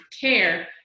care